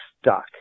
stuck